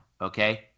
okay